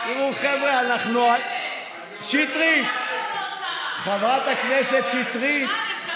שטרית, חברת הכנסת שטרית.